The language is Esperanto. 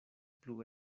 plu